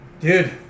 dude